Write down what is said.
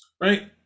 right